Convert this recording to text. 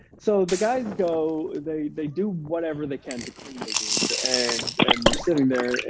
so the guys go. they they do whatever they can to clean the wound, and and we're sitting there,